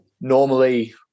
Normally